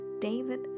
David